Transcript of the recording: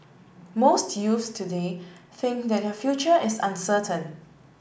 most youths today think that their future is uncertain